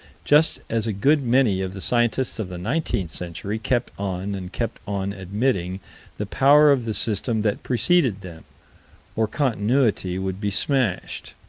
just as a good many of the scientists of the nineteenth century kept on and kept on admitting the power of the system that preceded them or continuity would be smashed.